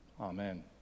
Amen